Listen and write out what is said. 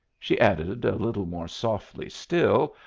she added a little more softly still,